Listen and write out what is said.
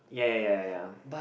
ya ya ya ya ya